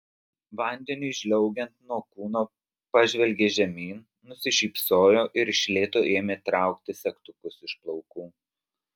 vandeniui žliaugiant nuo kūno pažvelgė žemyn nusišypsojo ir iš lėto ėmė traukti segtukus iš plaukų